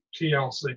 TLC